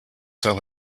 sell